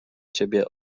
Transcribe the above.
ciebie